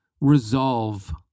resolve